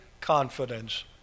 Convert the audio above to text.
confidence